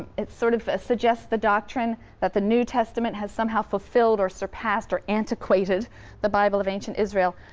it sort of suggests the doctrine that the new testament has somehow fulfilled or surpassed or antiquated the bible of ancient israel,